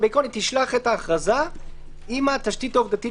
אבל בעיקרון היא תשלח את ההכרזה עם התשתית העובדתית